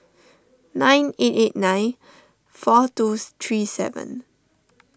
nine eight eight nine four two three seven